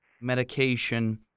medication